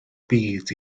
byd